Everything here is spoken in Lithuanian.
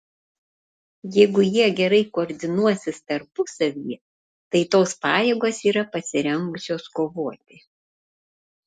jeigu jie gerai koordinuosis tarpusavyje tai tos pajėgos yra pasirengusios kovoti